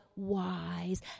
wise